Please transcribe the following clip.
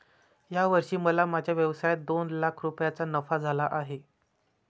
या वर्षी मला माझ्या व्यवसायात दोन लाख रुपयांचा नफा झाला आहे